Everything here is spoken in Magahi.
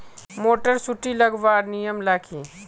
मोटर सुटी लगवार नियम ला की?